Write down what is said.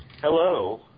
Hello